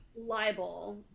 libel